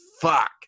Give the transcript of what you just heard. fuck